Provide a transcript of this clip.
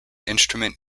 instrument